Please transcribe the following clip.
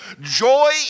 Joy